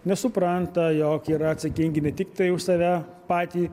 nesupranta jog yra atsakingi ne tiktai už save patį